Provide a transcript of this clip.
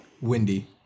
Windy